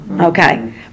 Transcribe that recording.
okay